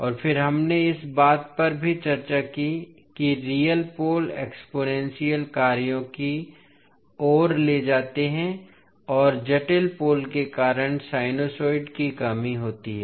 और फिर हमने इस बात पर भी चर्चा की कि रियल पोल एक्सपोनेंशियल कार्यों की ओर ले जाते हैं और जटिल पोल के कारण साइनसोइड्स की कमी होती है